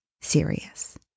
serious